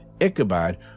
Ichabod